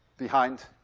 behind